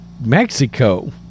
Mexico